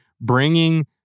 bringing